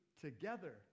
together